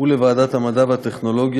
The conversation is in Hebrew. ולוועדת המדע והטכנולוגיה,